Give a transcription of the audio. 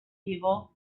evil